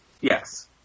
yes